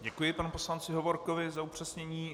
Děkuji panu poslanci Hovorkovi za upřesnění.